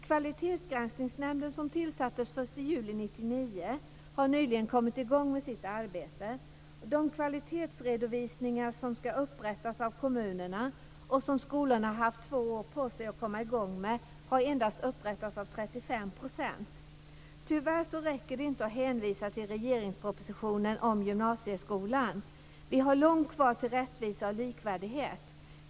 1 juli 1999, har nyligen kommit i gång med sitt arbete. De kvalitetsredovisningar som ska upprättas av kommunerna och som skolorna haft två år på sig att komma i gång med har endast upprättats av 35 %. Tyvärr räcker det inte att hänvisa till regeringspropositionen om gymnasieskolan. Vi har långt kvar till rättvisa och likvärdighet.